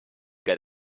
got